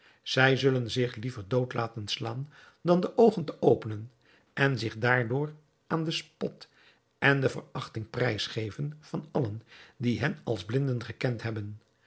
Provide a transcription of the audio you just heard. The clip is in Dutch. zij zullen zich liever dood laten slaan dan de oogen te openen en zich daardoor aan den spot en de verachting prijs geven van allen die hen als blinden gekend hebben